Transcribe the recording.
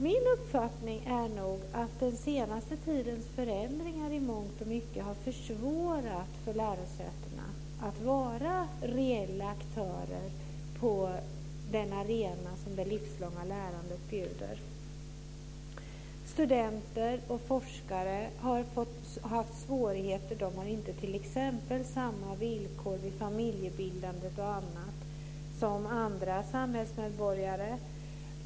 Min uppfattning är nog att den senaste tidens förändringar i mångt och mycket har försvårat för lärosätena att vara reella aktörer på den arena som det livslånga lärandet bjuder. Studenter och forskare har haft svårigheter. De har t.ex. inte samma villkor vid familjebildande och annat som andra samhällsmedborgare.